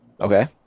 okay